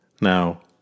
Now